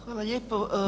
Hvala lijepo.